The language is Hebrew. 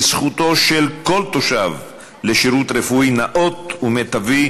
כי זכותו של כל תושב לשירות רפואי נאות ומיטבי